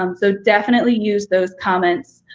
um so definitely use those comments.